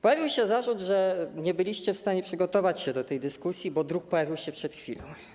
Pojawił się zarzut, że nie byliście w stanie przygotować się do tej dyskusji, bo druk pojawił się przed chwilą.